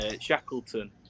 Shackleton